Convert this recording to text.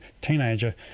teenager